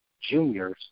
juniors